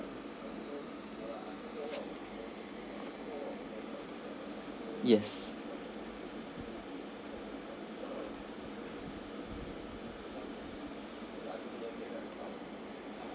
yes